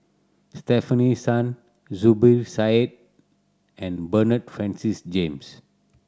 Stefanie Sun Zubir Said and Bernard Francis James